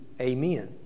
Amen